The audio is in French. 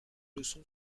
leçon